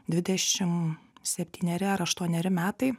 dvidešim septyneri ar aštuoneri metai